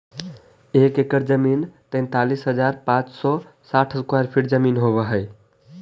एक एकड़ जमीन तैंतालीस हजार पांच सौ साठ स्क्वायर फीट जमीन होव हई